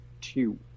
two